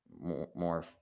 more